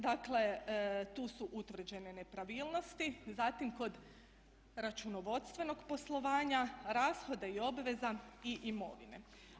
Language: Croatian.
Dakle tu su utvrđene nepravilnosti, zatim kod računovodstvenog poslovanja, rashode i obveza i imovine.